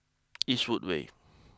Eastwood way